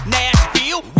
Nashville